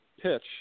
pitch